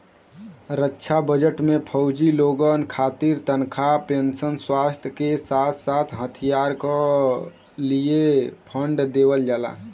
रक्षा budget में फौजी लोगन खातिर तनखा पेंशन, स्वास्थ के साथ साथ हथियार क लिए फण्ड देवल जाला